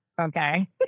Okay